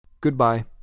Goodbye